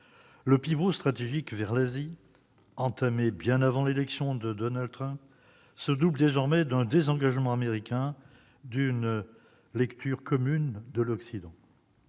Le pivot stratégique vers l'Asie, entamé bien avant l'élection de Donald Trump, se double désormais d'un désengagement américain d'une lecture commune de l'Occident.